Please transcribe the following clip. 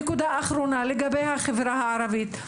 נקודה אחרונה לגבי החברה הערבית.